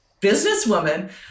businesswoman